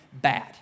bad